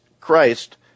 Christ